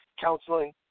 Counseling